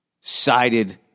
sided